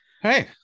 Hey